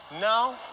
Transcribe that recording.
Now